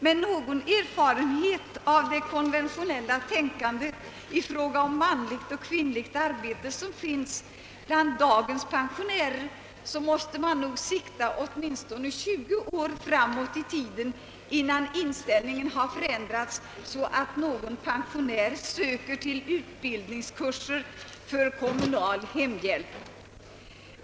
Med någon erfarenhet av det konventionella tänkandet i fråga om manlig och kvinnlig arbetskraft som råder bland dagens pensionärer måste man nog sikta åtminstone 20 år framåt i tiden, innan inställningen har förändrats så, att någon pensionär söker till utbildningskurser för kommunal hemhjälp.